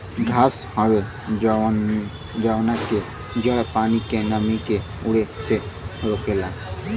घास हवे जवना के जड़ पानी के नमी के उड़े से रोकेला